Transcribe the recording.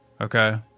Okay